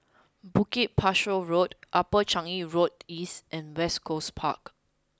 Bukit Pasoh Road Upper Changi Road East and West Coast Park